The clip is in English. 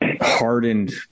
hardened